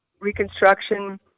reconstruction